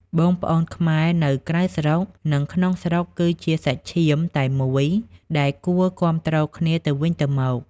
បងប្អូនខ្មែរនៅក្រៅស្រុក និងក្នុងស្រុក គឺជា "សាច់ឈាមតែមួយ" ដែលគួរគាំទ្រគ្នាទៅវិញទៅមក។